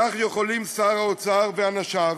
כך, יכולים שר האוצר ואנשיו